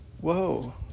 whoa